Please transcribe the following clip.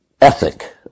ethic